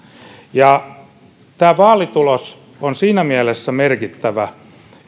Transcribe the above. tämä vaalitulos on siinä mielessä merkittävä